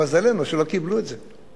מזלנו שלא קיבלו את זה,